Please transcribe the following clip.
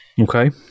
Okay